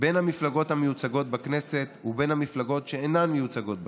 בין המפלגות המיוצגות בכנסת ובין המפלגות שאינן מיוצגות בכנסת,